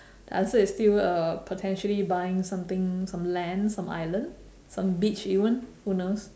the answer is still uh potentially buying something some land some island some beach even who knows